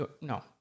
No